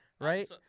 Right